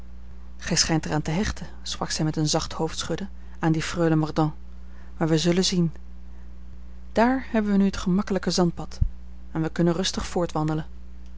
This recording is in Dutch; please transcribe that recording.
gij schijnt er aan te hechten sprak zij met een zacht hoofdschudden aan die freule mordaunt maar wij zullen zien daar hebben wij nu het gemakkelijke zandpad en wij kunnen rustig